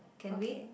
okay